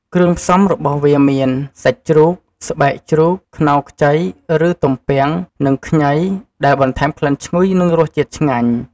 គ្រឿងផ្សំរបស់វាមាន សាច់ជ្រូក ស្បែកជ្រូក ខ្នុរខ្ចី ឬ ទំពាំង និងខ្ញី ដែលបន្ថែមក្លិនឈ្ងុយ និងរសជាតិឆ្ងាញ់។